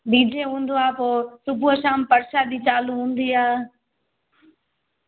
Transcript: DJ हूंदो आहे पोइ सुबुहु शाम परसादी चालू हूंदी आहे